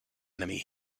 enemy